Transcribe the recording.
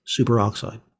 superoxide